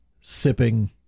sipping